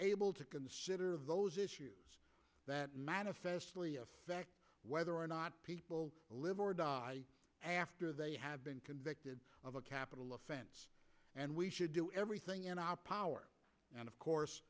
able to consider those issues that manifestly effect whether or not people live or die after they have been convicted of a capital offense and we should do everything in our power and of course